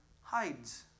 hides